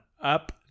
up